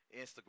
Instagram